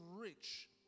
rich